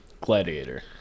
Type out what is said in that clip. Gladiator